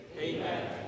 Amen